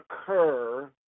occur